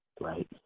right